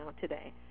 today